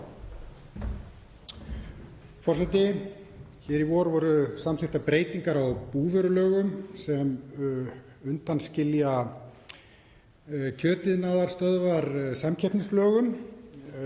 Forseti. Hér í vor voru samþykktar breytingar á búvörulögum sem undanskilja kjötiðnaðarstöðvar samkeppnislögum.